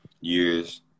years